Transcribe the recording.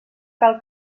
cal